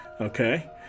Okay